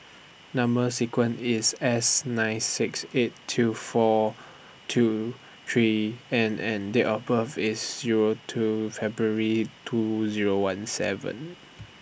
Number sequence IS S nine six eight two four two three N and Date of birth IS Zero two February two Zero one seven